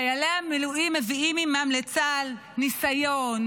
חיילי המילואים מביאים עימם לצה"ל ניסיון,